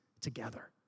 together